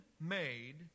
made